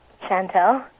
Chantal